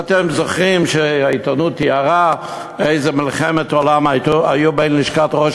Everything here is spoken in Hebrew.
אתם זוכרים שהעיתונות תיארה איזו מלחמת עולם הייתה בין לשכת ראש